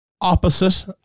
opposite